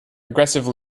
aggressive